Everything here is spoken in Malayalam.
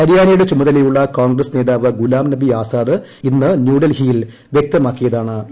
ഹരിയാനയുടെ ചുമതലയുള്ള കോൺഗ്രസ് നേതാവ് ഗുലാം നബി ആസാദ് ഇന്ന് ന്യൂഡൽഹിയിൽ വൃക്തമാക്കിയതാണ് ഇക്കാര്യം